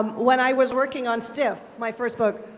um when i was working on stiff, my first book,